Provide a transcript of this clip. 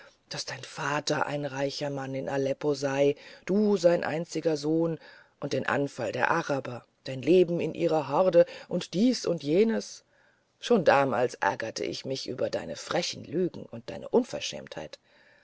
daß dein vater ein reicher mann in aleppo sei du sein einziger sohn und den anfall der araber und dein leben in ihrer horde und dies und jenes schon damals ärgerte ich mich über deine freche lügen und deine unverschämtheit